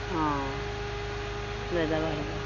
অ লৈ যাব আহিব